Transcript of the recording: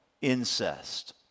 incest